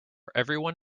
everyone